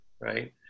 right